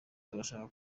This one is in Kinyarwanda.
turashaka